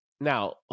Now